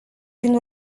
prin